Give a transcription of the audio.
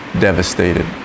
devastated